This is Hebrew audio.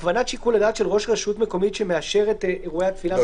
הכוונת שיקול הדעת של ראש רשות מקומית שמאשרת אירועי תפילה.